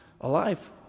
alive